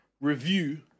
review